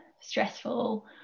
stressful